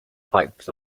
pipes